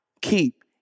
keep